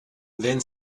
then